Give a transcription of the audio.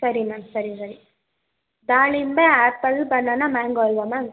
ಸರಿ ಮ್ಯಾಮ್ ಸರಿ ಸರಿ ದಾಳಿಂಬೆ ಆ್ಯಪಲ್ಲು ಬನಾನಾ ಮ್ಯಾಂಗೋ ಅಲ್ಲವ ಮ್ಯಾಮ್